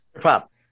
Pop